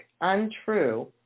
untrue